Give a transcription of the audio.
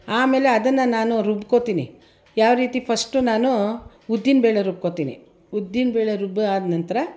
ಆಮೇಲೆ ಅದನ್ನು ನಾನು ರುಬ್ಕೊಳ್ತೀನಿ ಯಾವ ರೀತಿ ಫಸ್ಟು ನಾನು ಉದ್ದಿನಬೇಳೆ ರುಬ್ಕೊಳ್ತೀನಿ ಉದ್ದಿನಬೇಳೆ ರುಬ್ಬಿಯಾದ ನಂತರ